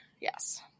yes